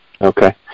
Okay